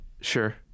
Sure